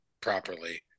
properly